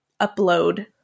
upload